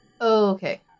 Okay